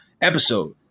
episode